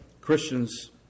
Christians